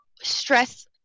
stress